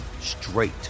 straight